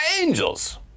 angels